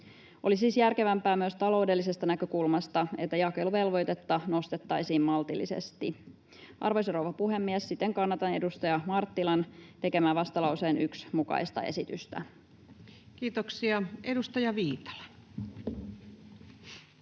Olisi siis järkevämpää myös taloudellisesta näkökulmasta, että jakeluvelvoitetta nostettaisiin maltillisesti. Arvoisa rouva puhemies! Siten kannatan edustaja Marttilan tekemää vastalauseen 1 mukaista esitystä. [Speech 272] Speaker: